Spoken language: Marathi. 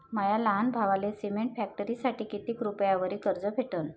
माया लहान भावाले सिमेंट फॅक्टरीसाठी कितीक रुपयावरी कर्ज भेटनं?